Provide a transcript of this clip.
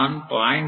நான் 0